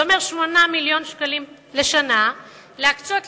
זה אומר להקצות 8 מיליוני שקלים לשנה לענפי